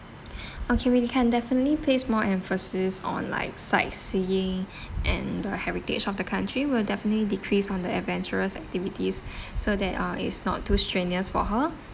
okay we can definitely place more emphasis on like sightseeing and the heritage of the country we'll definitely decrease on the adventurous activities so that uh it's not too strenuous for her